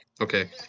Okay